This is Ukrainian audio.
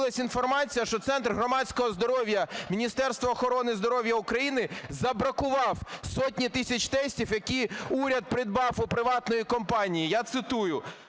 Я цитую: